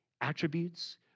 attributes